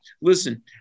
listen